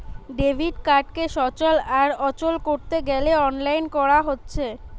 debit কার্ডকে সচল আর অচল কোরতে গ্যালে অনলাইন কোরা হচ্ছে